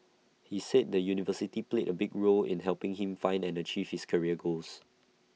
he said the university played A big role in helping him find and achieve his career goals